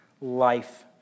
life